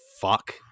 fuck